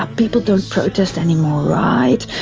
ah people don't protest anymore, right?